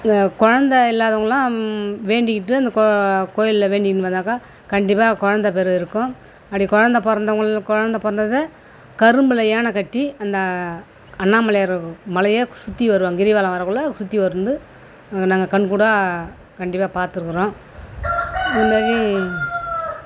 இங்கே குழந்த இல்லாதவங்கள் எல்லாம் வேண்டிக்கிட்டு அந்த கொ கோயிலில் வேண்டின்னு வந்தாக்கா கண்டிப்பாக குழந்த பேறு இருக்கும் அப்படி குழந்த பிறந்தவங்கள்ல குழந்த பிறந்தது கரும்பில் யான கட்டி அந்த அண்ணாமலையார் மலையை சுற்றி வருவாங்க கிரிவலம் வரக்குள்ளே சுற்றி வந்து நாங்கள் கண்கூடாக கண்டிப்பாக பார்த்துருக்குறோம் இது மாதிரி